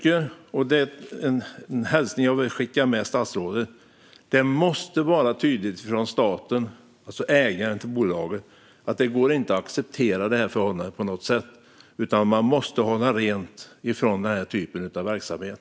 En hälsning som jag vill skicka med statsrådet är att det måste vara tydligt från staten, alltså ägaren av bolaget, att det inte går att acceptera det här förhållandet på något sätt, utan man måste hålla rent från den här typen av verksamhet.